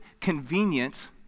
convenient